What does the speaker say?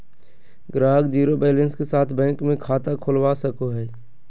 ग्राहक zero balance के साथ बैंक मे खाता खोलवा सको हय